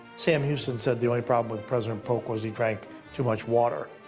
sam houston said the only problem with president polk was he drank too much water.